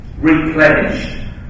replenished